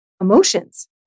emotions